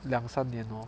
两三年 lor